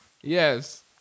yes